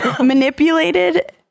manipulated